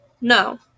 No